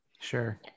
Sure